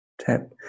tap